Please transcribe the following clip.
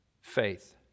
Faith